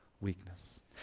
weakness